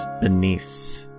beneath